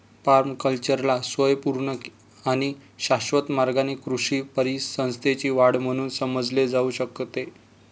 पर्माकल्चरला स्वयंपूर्ण आणि शाश्वत मार्गाने कृषी परिसंस्थेची वाढ म्हणून समजले जाऊ शकते